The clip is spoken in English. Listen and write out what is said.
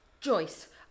Joyce